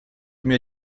mir